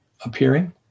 appearing